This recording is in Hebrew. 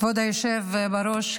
כבוד היושב בראש,